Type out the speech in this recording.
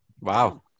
Wow